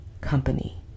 company